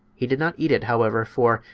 he did not eat it, however, for,